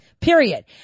Period